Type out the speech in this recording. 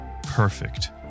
Perfect